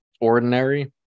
ordinary